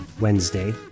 Wednesday